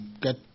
get